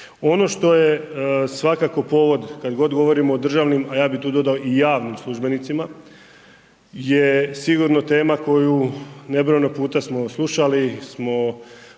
Ono što je svakako povod kad god govorimo o državnim a ja bi tu dodao i o javnim službenicima je sigurno tema koju nebrojeno puta smo slušali smo o